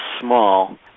small